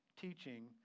teaching